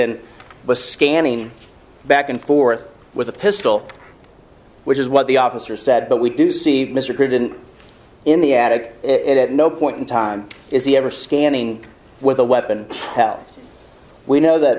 and was scanning back and forth with a pistol which is what the officer said but we do see mr grig in the attic it at no point in time is he ever scanning with a weapon health we know that